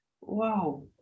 wow